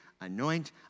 anoint